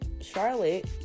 Charlotte